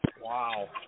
Wow